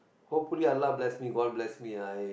hopefully allah bless me god bless me I